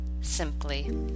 simply